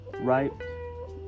Right